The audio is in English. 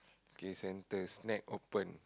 okay center shack open